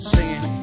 Singing